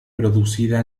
producida